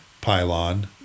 pylon